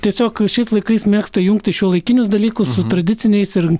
tiesiog šiais laikais mėgsta jungti šiuolaikinius dalykus su tradiciniais ir